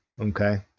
okay